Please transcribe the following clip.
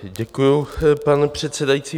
Děkuji, pane předsedající.